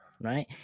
right